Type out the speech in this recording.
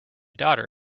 daughter